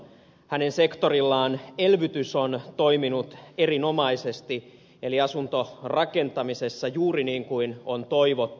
hänen sektorillaan eli asuntorakentamisessa elvytys on toiminut erinomaisesti juuri niin kuin on toivottu